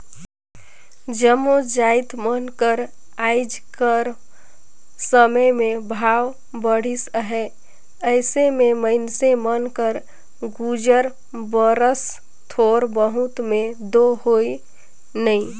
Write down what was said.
जम्मो जाएत मन कर आएज कर समे में भाव बढ़िस अहे अइसे में मइनसे मन कर गुजर बसर थोर बहुत में दो होए नई